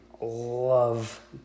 love